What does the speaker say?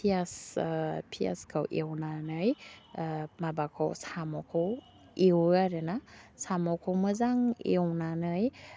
पियास पियासखौ एवनानै माबाखौ साम'खौ एवो आरोना साम'खौ मोजां एवनानै